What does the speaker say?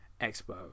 expo